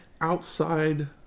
outside